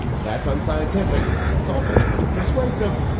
that's unscientific, but it's also pretty persuasive.